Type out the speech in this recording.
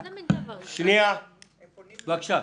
--- בבקשה.